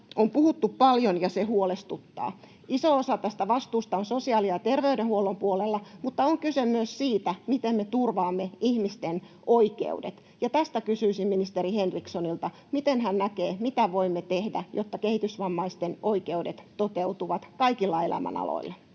on puhuttu paljon, ja se huolestuttaa. Iso osa tästä vastuusta on sosiaali- ja ter-veydenhuollon puolella, mutta on kyse myös siitä, miten me turvaamme ihmisten oikeudet. Ja tästä kysyisin ministeri Henrikssonilta: miten hän näkee, mitä voimme tehdä, jotta kehitysvammaisten oikeudet toteutuvat kaikilla elämänaloilla?